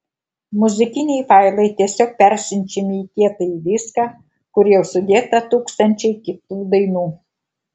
muzikiniai failai tiesiog parsiunčiami į kietąjį diską kur jau sudėta tūkstančiai kitų dainų